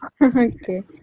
Okay